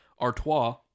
Artois